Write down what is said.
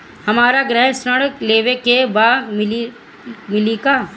हमरा गृह ऋण लेवे के बा मिली का?